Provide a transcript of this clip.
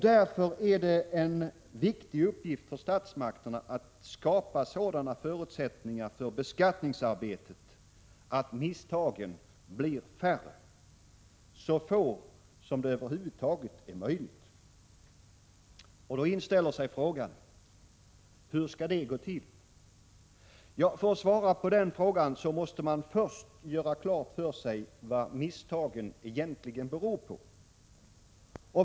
Därför är det en viktig uppgift för statsmakterna att skapa sådana förutsättningar för beskattningsarbetet att misstagen blir färre — så få som det över huvud taget är möjligt. Då inställer sig frågan: Hur skall detta gå till? För att svara på den frågan måste man börja med att göra klart för sig vad misstagen beror på.